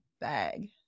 bag